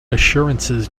assurances